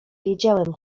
wiedziałem